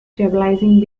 stabilizing